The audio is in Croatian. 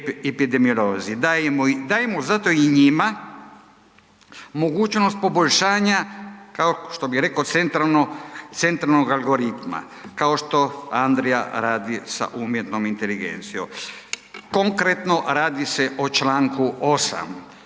epidemiolozi. Dajemo zato i njima mogućnost poboljšanja, kao što bi reko, centralno, centralnog algoritma, kao što Andrija radi sa umjetnom inteligencijom. Konkretno, radi se o čl. 8.